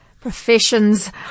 Professions